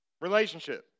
relationship